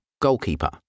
goalkeeper